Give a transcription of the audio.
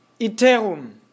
ITERUM